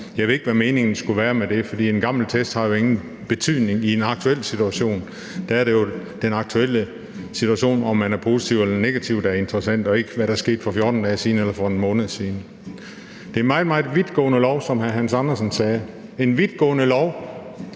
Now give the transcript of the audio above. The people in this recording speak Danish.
Jeg ved ikke, hvad meningen skulle være med det, for en gammel test har jo ingen betydning i en aktuel situation. Der er det jo den aktuelle situation, i forhold til om man er positiv eller negativ, der er interessant, og ikke hvad der skete for 14 dage siden eller for 1 måned siden. Det er et meget, meget vidtgående lovforslag, som hr. Hans Andersen sagde – et vidtgående